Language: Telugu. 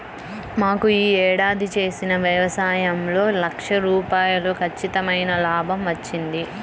మాకు యీ ఏడాది చేసిన యవసాయంలో లక్ష రూపాయలు ఖచ్చితమైన లాభం వచ్చింది